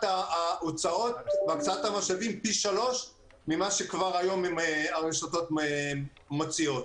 ההוצאות בהקצאת המשאבים פי שלושה ממה שכבר היום הרשתות מציעות.